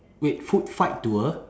wait food fight to a